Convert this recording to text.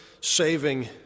saving